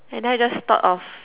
and I just thought of